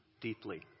deeply